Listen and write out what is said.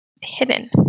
hidden